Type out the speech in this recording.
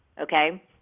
okay